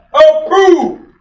approved